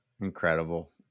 incredible